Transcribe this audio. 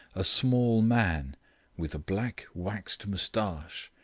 a small man with a black waxed moustache,